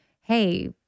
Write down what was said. hey